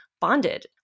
bonded